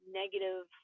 negative